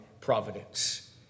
providence